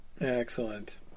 Excellent